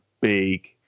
big